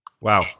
Wow